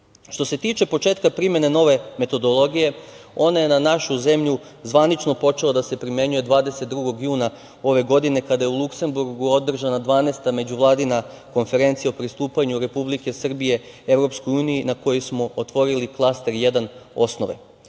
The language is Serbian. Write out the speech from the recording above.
se tiče početka primene nove metodologije, ona je na našu zemlju zvanično počela da se primenjuje 22. juna ove godine, kada je u Luksemburgu održana 12. Međuvladina konferencija o pristupanju Republike Srbije EU, na kojoj smo otvorili klaster 1 „Osnove“.